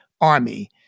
Army